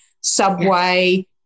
Subway